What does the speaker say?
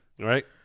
right